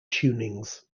tunings